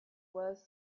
was